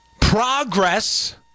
progress